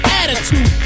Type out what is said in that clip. attitude